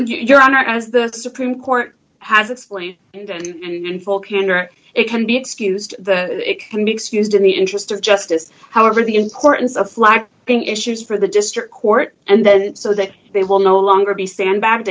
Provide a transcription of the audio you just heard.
your honor as the supreme court has it's fully and in full candor it can be excused the it can be excused in the interest of justice however the importance of flak being issues for the district court and then so that they will no longer be sandba